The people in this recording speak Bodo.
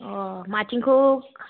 अ माथिंखौ